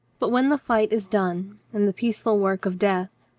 but when the fight is done and the peaceful work of death,